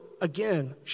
again